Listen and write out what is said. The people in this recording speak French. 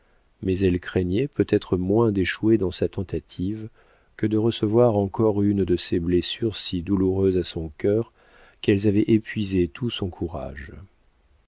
mais elle craignait peut-être moins d'échouer dans sa tentative que de recevoir encore une de ces blessures si douloureuses à son cœur qu'elles avaient épuisé tout son courage